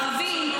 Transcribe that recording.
ערבים,